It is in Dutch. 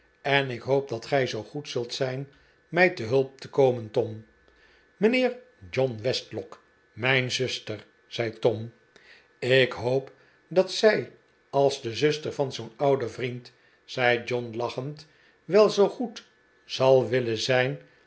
en ik hoop dat gij zoo goed zult zijn mij te hulp te komen tom mijnheer john westlock mijn zuster zei tom ik hoop dat zij als de zuster van zoo'n ouden vriend zei john lachend wel zoo goed zal willen zijn